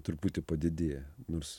truputį padidėja nors